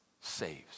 saves